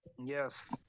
Yes